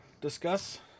discuss